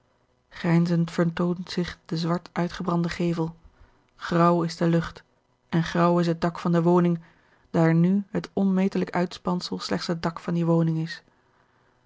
vertoont zich de zwart uitgebrande gevel graauw is de lucht en graauw is het dak van de woning daar nu het onmetelijk uitspansel slechts het dak van die woning is